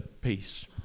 peace